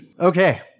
Okay